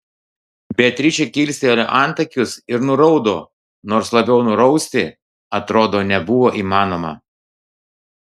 beatričė kilstelėjo antakius ir nuraudo nors labiau nurausti atrodo nebuvo įmanoma